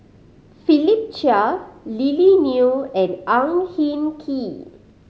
Philip Chia Lily Neo and Ang Hin Kee